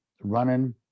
running